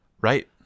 right